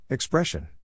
Expression